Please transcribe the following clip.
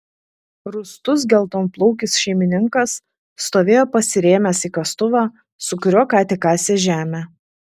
rūstus geltonplaukis šeimininkas stovėjo pasirėmęs į kastuvą su kuriuo ką tik kasė žemę